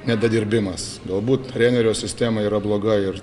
nedadirbimas galbūt trenerio sistema yra bloga ir